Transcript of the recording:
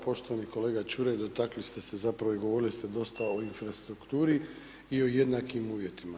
Poštovani kolega Čuraj, dotakli ste se zapravo i govorili ste dosta o infrastrukturi i o jednakim uvjetima.